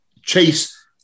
chase